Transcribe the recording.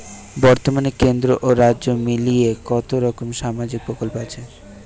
বতর্মানে কেন্দ্র ও রাজ্য মিলিয়ে কতরকম সামাজিক প্রকল্প আছে?